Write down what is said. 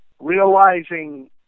realizing